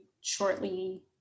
shortly